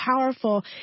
powerful